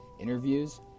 interviews